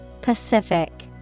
Pacific